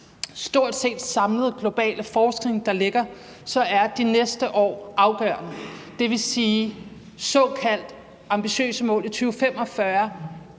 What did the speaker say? stort set samlede globale forskning, der ligger, er de næste år afgørende. Det vil sige, at såkaldte ambitiøse mål i 2045